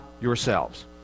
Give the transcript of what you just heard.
yourselves